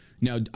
Now